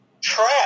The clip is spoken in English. trap